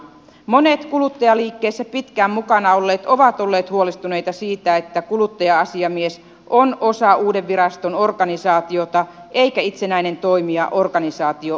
monet kuluttajaliikkeessä pitkään mukana olleet ovat olleet huolestuneita siitä että kuluttaja asiamies on osa uuden viraston organisaatiota eikä itsenäinen toimija organisaation ulkopuolella